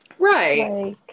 Right